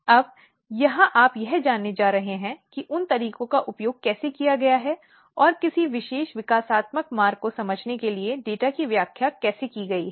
अब यहां आप क्या जानने जा रहे हैं कि उन तरीकों का उपयोग कैसे किया गया है और किसी विशेष विकासात्मक मार्ग को समझने के लिए डेटा की व्याख्या कैसे की गई है